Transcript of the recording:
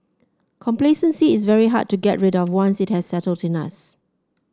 complacency is very hard to get rid of once it has settled in us